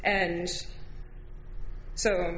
and so